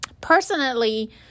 Personally